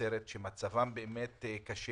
בנצרת שמצבם קשה.